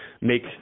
make